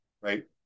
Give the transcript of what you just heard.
right